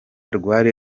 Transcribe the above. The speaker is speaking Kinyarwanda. rwari